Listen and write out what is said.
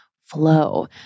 flow